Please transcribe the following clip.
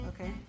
Okay